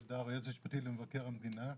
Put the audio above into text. יואל הדר, היועץ המשפטי למבקר המדינה.